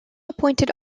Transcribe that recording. appointed